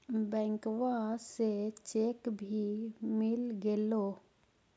बैंकवा से चेक भी मिलगेलो?